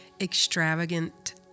extravagant